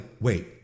wait